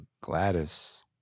Gladys